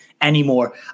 anymore